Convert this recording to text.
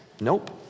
Nope